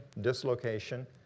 dislocation